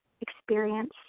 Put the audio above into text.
experience